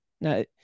Now